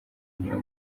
niyo